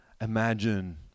imagine